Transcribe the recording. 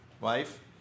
wife